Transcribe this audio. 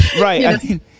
Right